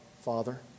Father